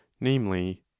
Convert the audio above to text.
namely